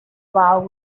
vow